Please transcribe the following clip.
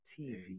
TV